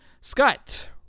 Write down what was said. Scott